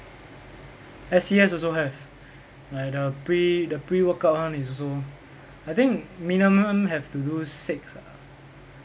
S_C_S also have like the pre~ the pre-workout one is also I think minimum have to do six ah